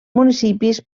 municipis